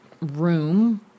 room